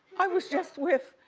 i was just with,